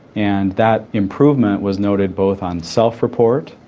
and that improvement was noted both on self-report,